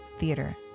Theater